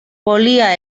volia